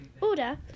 order